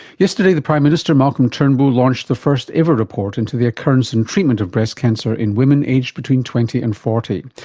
yesterday the prime minister malcolm turnbull launched the first ever report into the occurrence and treatment of breast cancer in women aged between twenty and forty.